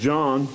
John